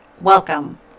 welcome